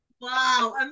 Wow